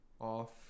off